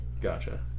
Gotcha